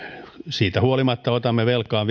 siitä huolimatta otamme velkaa